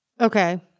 Okay